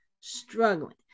struggling